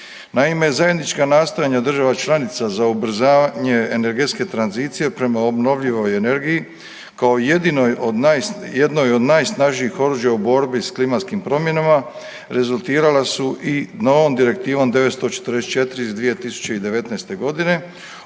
Naime, zajednička nastojanja država članica za ubrzavanje energetske tranzicije prema obnovljivoj energiji kao jednoj od najsnažnijih oružja u borbi s klimatskim promjenama rezultirala su i novom Direktivom 944 iz 2019.g.